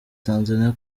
tanzania